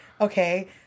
Okay